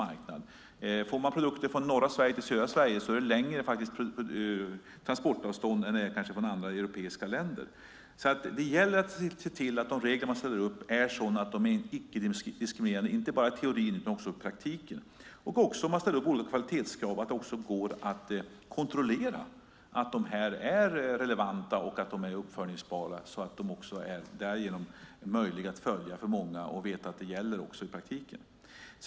Transporterar man produkter från norra Sverige till södra Sverige är avståndet längre än från andra europeiska länder. Det gäller att se till att de regler som man ställer upp är sådana att de är icke-diskriminerande inte bara i teorin utan också i praktiken. Om man ställer upp olika kvalitetskrav ska det gå att kontrollera att de är relevanta och uppföljningsbara, så att de därigenom är möjliga att följa för många och man vet att de också gäller i praktiken.